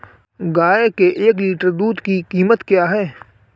गाय के एक लीटर दूध की कीमत क्या है?